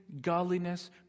godliness